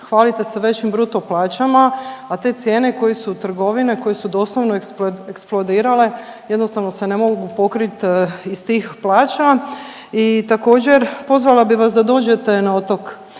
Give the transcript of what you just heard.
Hvalite se većim bruto plaćama, a te cijene koje su u trgovine koje su doslovno eksplodirale jednostavno se ne mogu pokrit iz tih plaća i također pozvala bih vas da dođete na otok.